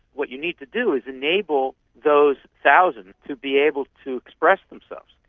what you need to do is enable those thousands to be able to express themselves,